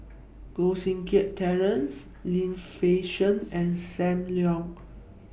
Koh Seng Kiat Terence Lim Fei Shen and SAM Leong